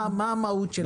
מה המהות שלה?